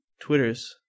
Twitters